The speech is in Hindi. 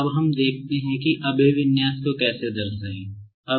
अब हम देखते हैं कि अभिविन्यास को कैसे दर्शाये